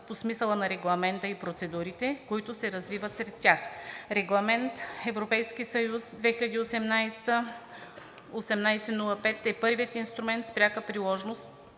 по смисъла на Регламента и процедурите, които се развиват пред тях. Регламент (ЕС) 2018/1805 е първият инструмент с пряка приложимост